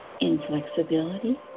Inflexibility